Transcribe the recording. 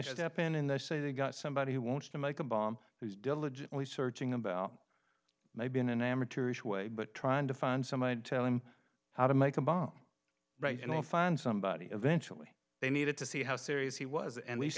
showed up in in there say they've got somebody who wants to make a bomb who's diligently searching about maybe in an amateurish way but trying to find some i'd tell him how to make a bomb right and i'll find somebody eventually they needed to see how serious he was a